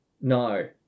no